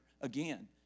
again